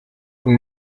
und